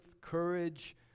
courage